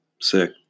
sick